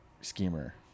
schemer